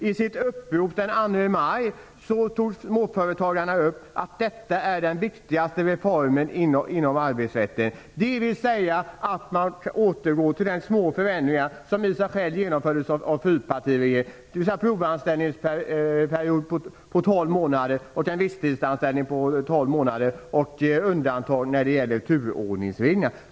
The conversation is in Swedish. I sitt upprop den 2 maj tog småföretagarna upp att detta är den viktigaste reformen inom arbetsrätten, dvs. att man med små förändringar återgår till det som genomfördes av fyrpartiregeringen. Det gäller t.ex. provanställning på tolv månader, visstidsanställning på tolv månader och undantag när det gäller turordningsreglerna.